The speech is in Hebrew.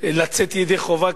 לצאת ידי חובה,